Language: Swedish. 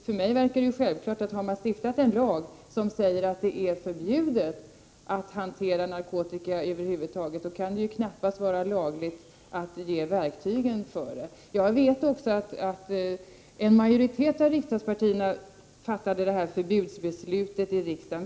För mig är det självklart, om det har stiftats en lag som säger att det är förbjudet att över huvud taget hantera narkotika, att det knappast kan vara lagligt att ge verktygen för detta. Jag vet också att en majoritet fattade förbudsbeslutet i riksdagen.